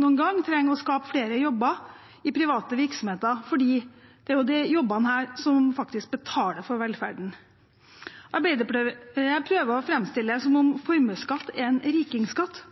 noen gang trenger å skape flere jobber i private virksomheter, for det er jo disse jobbene som faktisk betaler for velferden. Arbeiderpartiet prøver å framstille det som om formuesskatt er en rikingskatt. Da glemmer de at den skatten faktisk er en skatt